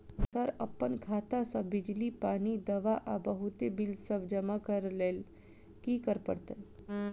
Sir अप्पन खाता सऽ बिजली, पानि, दवा आ बहुते बिल सब जमा करऽ लैल की करऽ परतै?